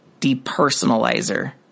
depersonalizer